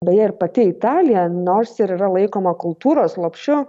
beje ir pati italija nors ir yra laikoma kultūros lopšiu